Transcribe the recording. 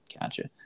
Gotcha